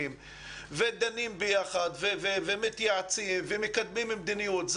ודנים ביחד ומתייעצים ומקדמים מדיניות,